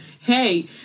Hey